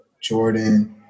Jordan